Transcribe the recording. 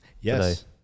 yes